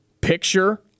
picture